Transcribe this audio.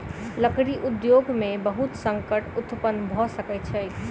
लकड़ी उद्योग में बहुत संकट उत्पन्न भअ सकै छै